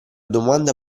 domanda